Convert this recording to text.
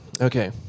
Okay